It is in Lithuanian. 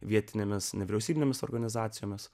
vietinėmis nevyriausybinėmis organizacijomis